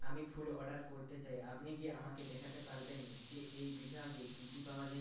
আমি ফুল অর্ডার করতে চাই আপনি কি আমাকে দেখাতে পারবেন যে এই বিভাগে কী কী পাওয়া যায়